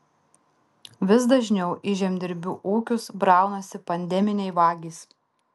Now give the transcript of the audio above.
vis dažniau į žemdirbių ūkius braunasi pandeminiai vagys